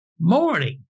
morning